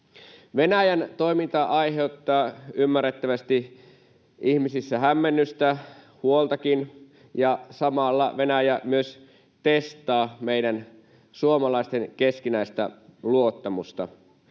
Venäjän toiminta aiheuttaa ymmärrettävästi ihmisissä hämmennystä, huoltakin. Samalla Venäjä myös testaa meidän suomalaisten keskinäistä luottamusta.